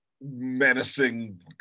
Menacing